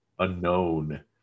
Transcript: unknown